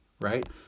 right